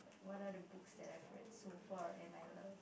what are the books that I've read so far and I love